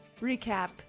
recap